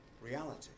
reality